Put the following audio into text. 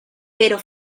pero